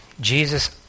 Jesus